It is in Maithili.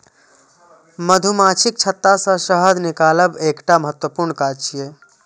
मधुमाछीक छत्ता सं शहद निकालब एकटा महत्वपूर्ण काज छियै